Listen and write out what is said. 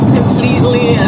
Completely